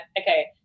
okay